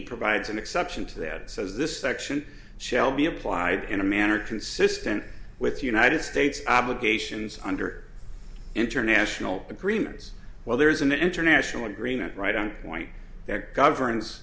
provides an exception to that it says this section shall be applied in a manner consistent with united states obligations under international agreements well there is an international agreement right on point that governs